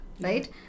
right